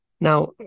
Now